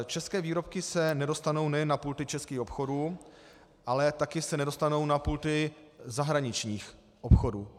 České výrobky se nedostanou nejen na pulty českých obchodů, ale taky se nedostanou na pulty zahraničních obchodů.